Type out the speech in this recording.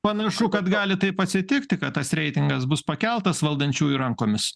panašu kad gali taip atsitikti kad tas reitingas bus pakeltas valdančiųjų rankomis